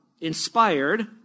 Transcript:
inspired